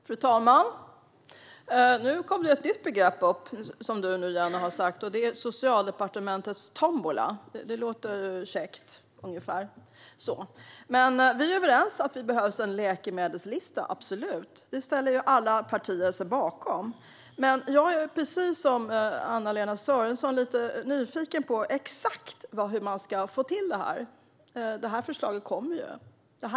Fru talman! Nu kom ett nytt begrepp upp. Jenny Petersson talade om Socialdepartementets tombola. Det låter käckt. Vi är absolut överens om att det behövs en nationell läkemedelslista. Detta ställer sig alla partier bakom. Men precis som Anna-Lena Sörenson är jag lite nyfiken på hur man exakt ska få till detta. Förslaget kommer ju att komma.